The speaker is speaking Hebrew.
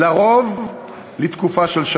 על-פי רוב לשנה.